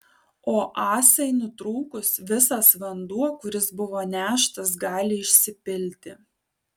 o ąsai nutrūkus visas vanduo kuris buvo neštas gali išsipilti